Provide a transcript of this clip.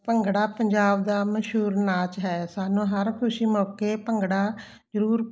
ਭੰਗੜਾ ਪੰਜਾਬ ਦਾ ਮਸ਼ਹੂਰ ਨਾਚ ਹੈ ਸਾਨੂੰ ਹਰ ਖੁਸ਼ੀ ਮੌਕੇ ਭੰਗੜਾ ਜ਼ਰੂਰ